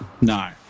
no